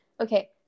Okay